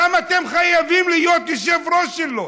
למה אתם חייבים להיות שומרי ראש שלו?